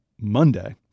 Monday